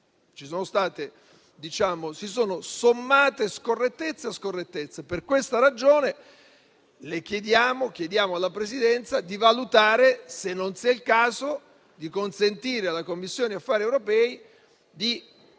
si sono sommate scorrettezze a scorrettezze. Per questa ragione, chiediamo alla Presidenza di valutare se non sia il caso di consentire alla Commissione affari europei di esprimere